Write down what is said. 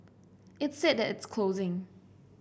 it's sad that it's closing